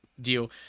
deal